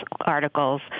articles